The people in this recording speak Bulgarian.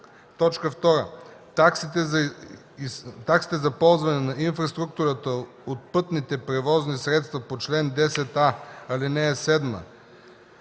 така: „2. Таксите за ползване на инфраструктурата от пътните превозни средства по чл. 10а, ал. 7, т.